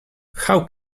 how